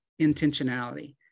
intentionality